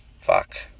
Fuck